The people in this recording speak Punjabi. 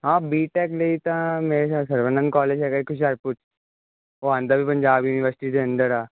ਹਾਂ ਬੀਟੈਕ ਮੇਰੀ ਤਾਂ ਮੇਰੇ ਖਿਆਲ ਸਰਵਾਨੰਦ ਕਾਲਜ ਹੈਗਾ ਇੱਕ ਹੁਸ਼ਿਆਰਪੁਰ ਉਹ ਆਉਂਦਾ ਵੀ ਪੰਜਾਬ ਯੂਨੀਵਰਸਿਟੀ ਦੇ ਅੰਡਰ ਆ